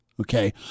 okay